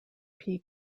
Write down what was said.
peak